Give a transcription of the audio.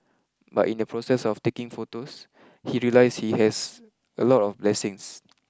but in the process of taking photos he realised he has a lot of blessings